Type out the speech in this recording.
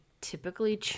typically